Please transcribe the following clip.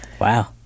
Wow